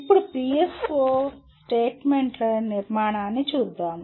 ఇప్పుడు PSO స్టేట్మెంట్ల నిర్మాణాన్ని చూద్దాం